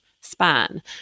span